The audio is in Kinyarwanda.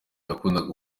yakundaga